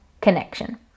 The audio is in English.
connection